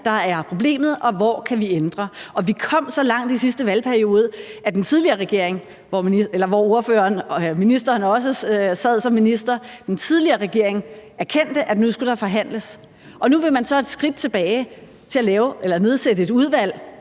der er problemet, og hvor vi kan ændre. Og vi kom så langt i sidste valgperiode, at den tidligere regering, som ministeren også sad som minister i, erkendte, at nu skulle der forhandles. Nu vil man så tage et skridt tilbage i forhold til at nedsætte et udvalg,